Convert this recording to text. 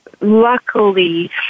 luckily